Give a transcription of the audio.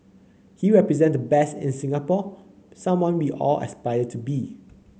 he represents the best in Singapore someone we all aspire to be